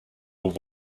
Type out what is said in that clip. were